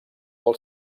del